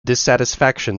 dissatisfaction